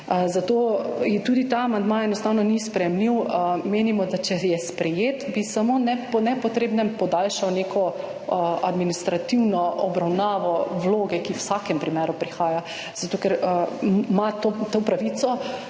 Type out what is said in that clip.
Zato je tudi ta amandma enostavno ni sprejemljiv. Menimo, da če je sprejet, bi samo ne, po nepotrebnem podaljšal neko administrativno obravnavo vloge, ki v vsakem primeru prihaja, zato ker, ima to pravico,